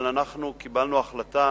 אבל אנחנו קיבלנו החלטה